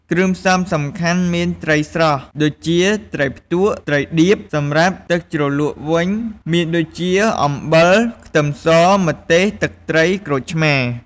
គ្រឿងផ្សំសំខាន់មាន ត្រីស្រស់ ដូចជាត្រីផ្ទក់ ត្រីដៀប សម្រាប់ទឹកជ្រលក់វិញមានដូចជា អំបិល ខ្ទឹមស ម្ទេស ទឹកត្រី ក្រូចឆ្មារ។